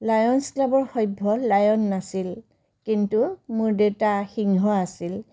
lions ক্লাবৰ সভ্য lion নাছিল কিন্তু মোৰ দেউতা সিংহ আছিল